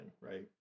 right